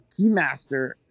Keymaster